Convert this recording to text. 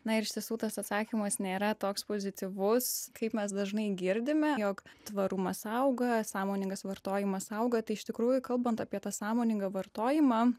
na ir iš tiesų tas atsakymas nėra toks pozityvus kaip mes dažnai girdime jog tvarumas auga sąmoningas vartojimas auga tai iš tikrųjų kalbant apie tą sąmoningą vartojimą